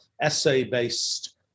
essay-based